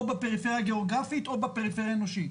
בפריפריה הגאוגרפית או בפריפריה האנושית.